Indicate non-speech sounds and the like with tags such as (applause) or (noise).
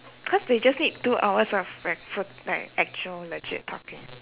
cause they just need two hours of (noise) like actual legit talking